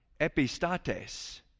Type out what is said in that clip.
epistates